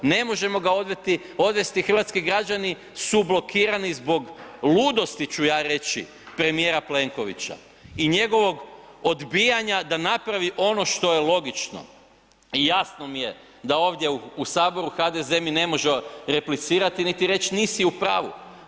Ne možemo ga odvesti, hrvatski građani su blokirani zbog ludosti ću ja reći premijera Plenkovića i njegovog odbijanja da napravi ono što je logično i jasno mi je da ovdje u Saboru HDZ mi ne može replicirati niti reći nisi u pravu.